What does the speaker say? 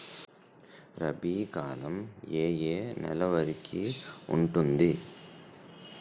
రబీ కాలం ఏ ఏ నెల వరికి ఉంటుంది?